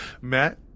Matt